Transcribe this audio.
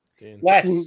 Less